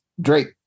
Drake